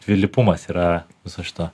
dvilypumas yra viso šito